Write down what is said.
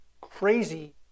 crazy